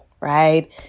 right